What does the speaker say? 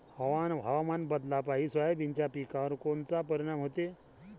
हवामान बदलापायी सोयाबीनच्या पिकावर कोनचा परिणाम होते?